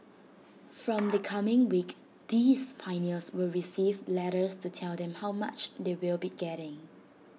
from the coming week these pioneers will receive letters to tell them how much they will be getting